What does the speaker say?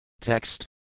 Text